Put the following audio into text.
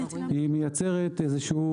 שמייצרת איזה שהוא